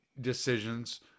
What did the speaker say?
decisions